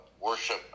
worship